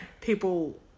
people